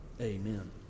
Amen